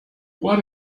what